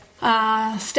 Step